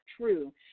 true